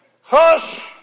hush